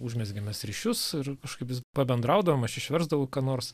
užmezgėm mes ryšius ir kažkaip vis pabendraudavom aš išversdavau nors